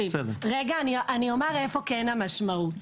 רגע, אני אומרת איפה כן המשמעות.